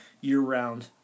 year-round